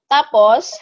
Tapos